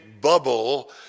bubble